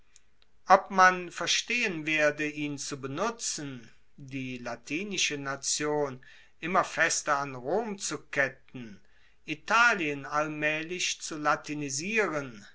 ob man verstehen werde ihn zu benutzen die latinische nation immer fester an rom zu ketten italien allmaehlich zu